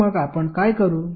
तर मग आपण काय करू